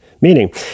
Meaning